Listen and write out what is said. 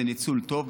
זה ניצול טוב.